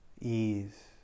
ease